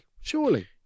surely